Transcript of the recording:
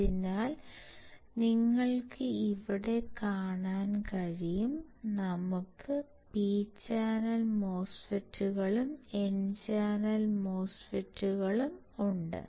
അതിനാൽ നിങ്ങൾക്ക് ഇവിടെ കാണാൻ കഴിയും നമുക്ക് പി ചാനൽ മോസ്ഫെറ്റുകളും എൻ ചാനൽ മോസ്ഫെറ്റും ഉണ്ട്